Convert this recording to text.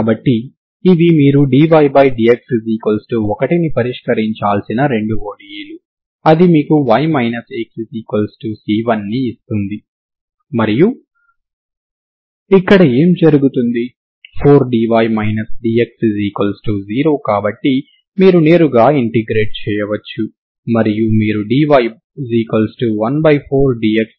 కాబట్టి ఇవి మీరు dydx1ని పరిష్కరించాల్సిన రెండు ODEలు అది మీకు y x C1ని ఇస్తుంది మరియు ఇక్కడ ఏమి జరుగుతుంది 4dy dx0 కాబట్టి మీరు నేరుగా ఇంటిగ్రేట్ చేయవచ్చు మరియు మీరు dy 14dx గా వ్రాయవచ్చు